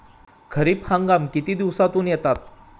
खरीप हंगाम किती दिवसातून येतात?